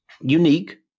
Unique